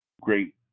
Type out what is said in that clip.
Great